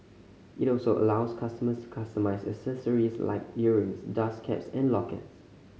it also allows customers to customise accessories like earrings dust caps and lockets